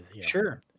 sure